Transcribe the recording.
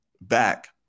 back